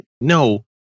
No